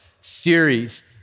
series